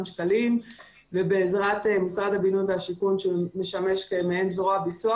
שקלים ובעזרת משרד הבינוי והשיכון שמשמש מעין זרוע ביצוע,